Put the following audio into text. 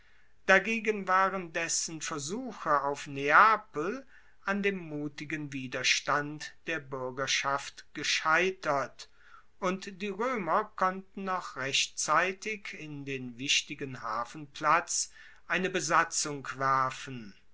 dagegen waren dessen versuche auf neapel an dem mutigen widerstand der buergerschaft gescheitert und die roemer konnten noch rechtzeitig in den wichtigen hafenplatz eine besatzung werfen